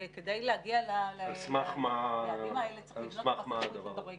וכדי להגיע ליעדים האלה צריך לבנות --- מדורגת.